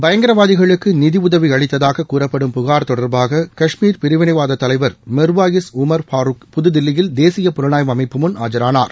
பயங்கரவாதிகளுக்கு நிதியுதவி அளித்ததாக கூறப்படும் புகார் தொடர்பாக கஷ்மீர் பிரிவினைவாத தலைவர் மிர்வாயிஸ் உமர் பாருக் புதுதில்லியில் தேசிய புலனாய்வு அமைப்பு முன் ஆஜரானார்